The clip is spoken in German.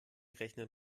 rechnet